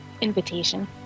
invitation